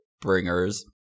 bringers